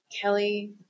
Kelly